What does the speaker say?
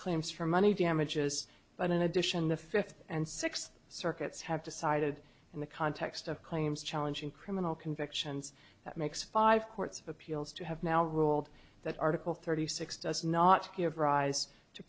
claims for money damages but in addition the fifth and sixth circuits have decided in the context of claims challenging criminal convictions that makes five courts of appeals to have now ruled that article thirty six does not give rise to